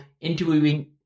interviewing